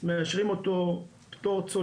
מאשרים אותו צולע,